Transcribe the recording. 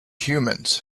humans